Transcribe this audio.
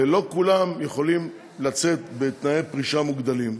ולא כולם יכולים לצאת בתנאי פרישה מוגדלים,